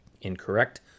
incorrect